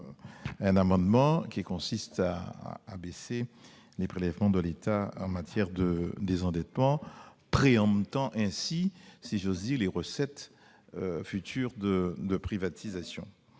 un amendement qui vise à abaisser les prélèvements de l'État en matière de désendettement, préemptant ainsi, si j'ose dire, les recettes futures de privatisation.